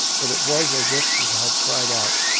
but it was as if she had cried out,